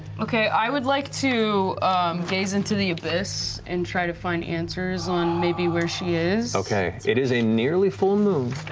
okay, i would like to gaze into the abyss and try to find answers on maybe where she is. matt okay, it is a nearly full moon,